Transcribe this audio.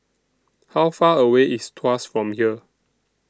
How Far away IS Tuas from here